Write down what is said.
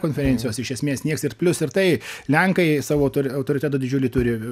konferencijos iš esmės nieks ir plius ir tai lenkai savo turi autoritetą didžiulį turi